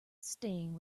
stain